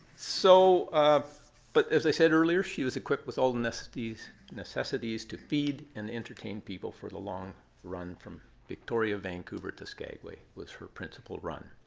so but as i said earlier, she was equipped with all the necessities necessities to feed and entertain people for the long run from victoria, vancouver to skagway was her principal run.